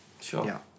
Sure